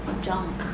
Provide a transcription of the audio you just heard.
junk